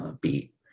beat